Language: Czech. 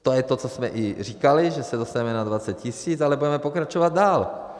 To je to, co jsme i říkali, že se dostaneme na 20 tisíc, ale budeme pokračovat dál.